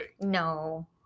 No